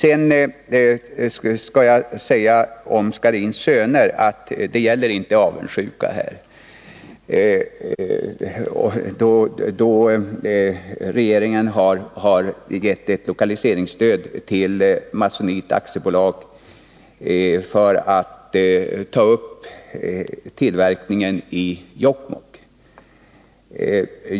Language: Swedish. I fråga om Scharins Söner gäller det inte avundsjuka, för att regeringen har gett ett lokaliseringsstöd till Masonite AB för tillverkningen i Jokkmokk.